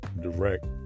direct